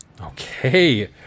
Okay